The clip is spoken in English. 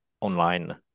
online